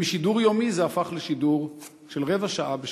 ומשידור יומי זה הפך לשידור של רבע שעה בשבוע.